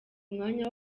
umwanya